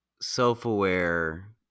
self-aware